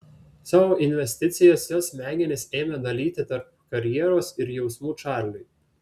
savo investicijas jos smegenys ėmė dalyti tarp karjeros ir jausmų čarliui